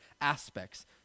aspects